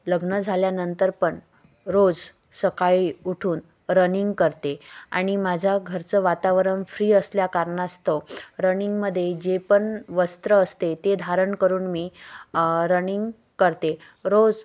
लग्न झाल्यानंतर पण रोज सकाळी उठून रनिंग करते आणि माझा घरचं वातावरण फ्री असल्या कारणास्तव रनिंगमध्ये जे पण वस्त्र असते ते धारण करून मी रनिंग करते रोज